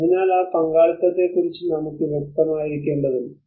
അതിനാൽ ആ പങ്കാളിത്തത്തെക്കുറിച്ച് നമുക്ക് വ്യക്തമായിരിക്കേണ്ടതുണ്ട്